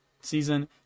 season